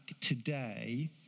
today